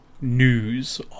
news